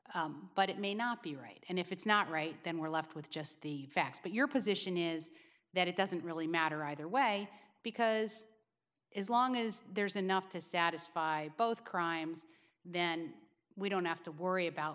know but it may not be right and if it's not right then we're left with just the facts but your position is that it doesn't really matter either way because as long as there's enough to satisfy both crimes then we don't have to worry about